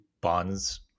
bonds